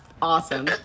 awesome